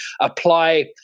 apply